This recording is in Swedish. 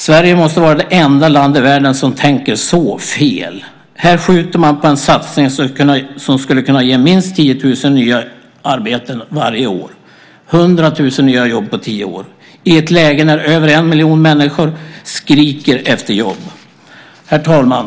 Sverige måste vara det enda land i världen som tänker så fel. Här skjuter man upp en satsning som skulle kunna ge minst 10 000 nya arbeten varje år - 100 000 nya jobb på tio år - i ett läge när över en miljon människor skriker efter jobb. Herr talman!